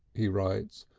he writes,